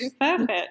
perfect